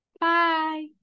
Bye